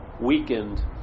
weakened